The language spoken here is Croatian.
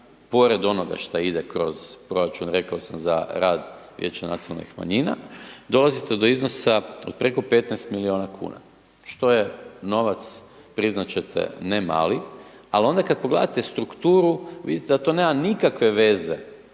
pored onoga što ide kroz proračun, rekao sam za rad vijeća nacionalnih manjina, dolazite do iznosa od preko 15 milijuna kuna, što je novac, priznat ćete, ne mali, al onda kad pogledate strukturu, vidite da to nema nikakve veze,